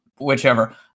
Whichever